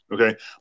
Okay